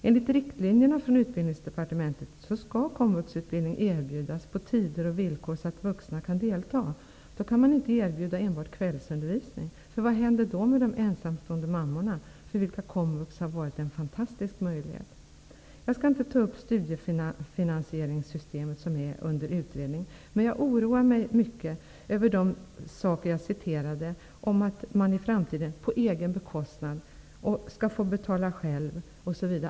Enligt riktlinjerna från Utbildningsdepartementet skall komvuxutbildning erbjudas på tider och villkor så att vuxna kan delta. Då går det inte att erbjuda enbart kvällsundervisning. Vad händer då med de ensamstående mammorna, för vilka komvux har varit en fantastisk möjlighet? Jag skall inte ta upp frågan om studiefinansieringssystemet, eftersom det är under utredning. Men jag oroar mig mycket över uttalandet att man i framtiden skall få bekosta sin utbildning själv.